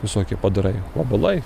visokie padarai vabalai